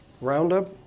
Roundup